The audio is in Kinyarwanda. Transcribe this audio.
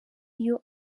iyo